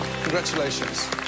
Congratulations